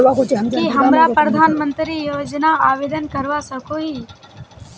की हमरा प्रधानमंत्री योजना आवेदन करवा सकोही?